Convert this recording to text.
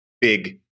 big